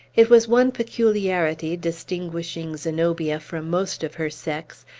it was one peculiarity, distinguishing zenobia from most of her sex,